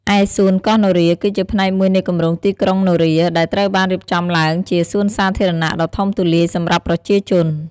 ឯសួនកោះនរា គឺជាផ្នែកមួយនៃគម្រោងទីក្រុងនរា ដែលត្រូវបានរៀបចំឡើងជា សួនសាធារណៈដ៏ធំទូលាយសម្រាប់ប្រជាជន។